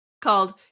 called